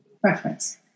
preference